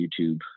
YouTube